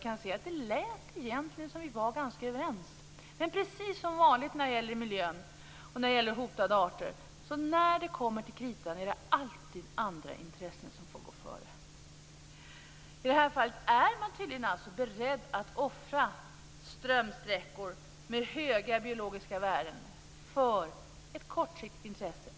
Det lät egentligen som om vi var ganska överens, men precis som vanligt när det gäller miljön och hotade arter är det när det kommer till kritan andra intressen som får gå före. I det här fallet är man tydligen beredd att offra strömsträckor med höga biologiska värden för ett kortsiktigt intresse.